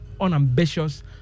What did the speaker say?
unambitious